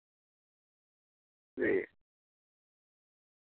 جی